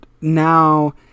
now